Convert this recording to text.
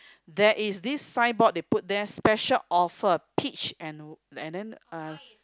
there is this sign board they put there special offer peach and and then uh